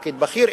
לפקיד בכיר,